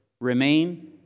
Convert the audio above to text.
remain